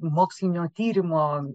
mokslinių tyrimų